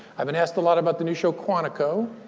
i've been asked a lot about the new show quantico,